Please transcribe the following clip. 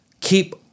keep